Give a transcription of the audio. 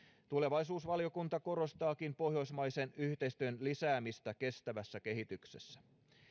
tulevaisuusvaliokunta korostaakin pohjoismaisen yhteistyön lisäämistä kestävässä kehityksessä